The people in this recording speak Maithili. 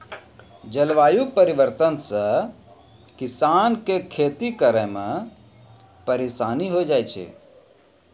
जलवायु परिवर्तन से किसान के खेती करै मे परिसानी होय जाय छै